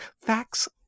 facts